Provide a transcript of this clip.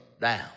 down